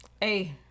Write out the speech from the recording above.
hey